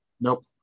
Nope